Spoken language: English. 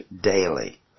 daily